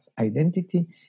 identity